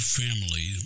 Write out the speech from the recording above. family